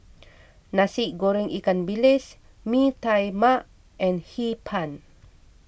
Nasi Goreng Ikan Bilis Mee Tai Mak and Hee Pan